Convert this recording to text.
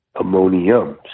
ammonium